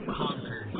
conquer